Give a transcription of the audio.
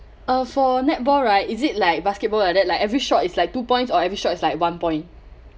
uh for netball right is it like basketball like that like every shot is like two points or every shot is like one point